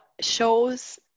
shows